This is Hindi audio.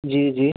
जी जी